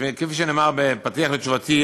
כפי שנאמר בפתיח לתשובתי,